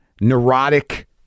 neurotic